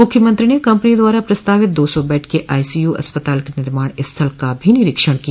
मुख्यमंत्री ने कम्पनी द्वारा प्रस्तावित दो सौ बेड के आईसीयू अस्पताल के निर्माण स्थल का भी निरीक्षण किया